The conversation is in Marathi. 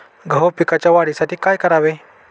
गहू पिकाच्या वाढीसाठी काय करावे?